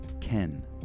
Ken